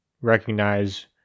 recognize